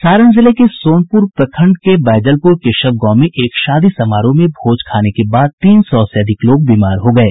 सारण जिले के सोनपुर प्रखंड के बैजलपुर केशव गांव में एक शादी समारोह में भोज खाने के बाद तीन सौ से अधिक लोग बीमार हो गये